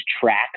track